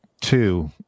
two